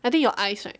I think your eyes right